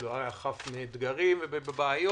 הוא לא היה חף מאתגרים ומבעיות,